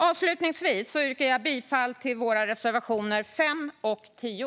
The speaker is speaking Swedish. Avslutningsvis yrkar jag bifall till våra reservationer 5 och 10.